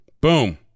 Boom